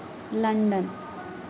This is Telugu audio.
లండన్